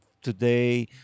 Today